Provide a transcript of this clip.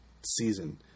season